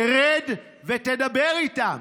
תרד ותדבר איתם.